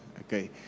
okay